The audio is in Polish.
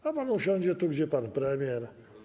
Niech pan usiądzie tu, gdzie pan premier.